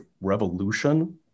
revolution